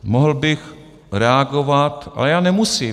Mohl bych reagovat, ale já nemusím.